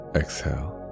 exhale